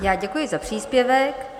Já děkuji za příspěvek.